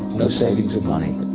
no savings of money.